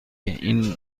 این